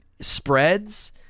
spreads